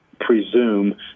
presume